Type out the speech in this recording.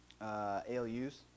ALUs